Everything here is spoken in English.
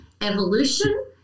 evolution